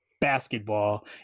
basketball